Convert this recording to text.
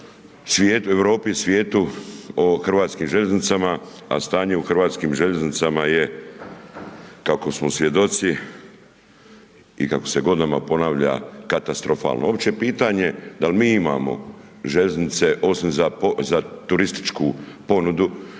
svijetu, Europi i svijetu, o hrvatskim željeznicama, a stanje u Hrvatskim željeznicama je kako smo svjedoci i kako se godinama ponavlja katastrofalno. Uopće pitanje, dal mi imamo željeznice osim za turističku ponudu